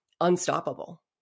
unstoppable